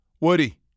Woody